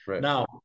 Now